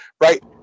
right